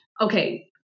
Okay